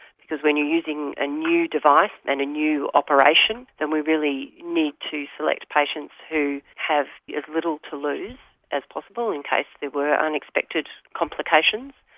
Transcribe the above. because when you're using a new device and a new operation then we really need to select patients who have as little to lose as possible in case there were unexpected complications.